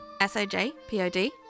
S-O-J-P-O-D